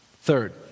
Third